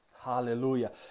hallelujah